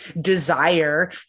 desire